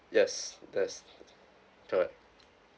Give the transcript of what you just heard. yes that's correct